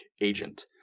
agent